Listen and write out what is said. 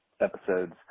episodes